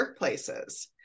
workplaces